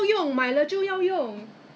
err two hundred M_L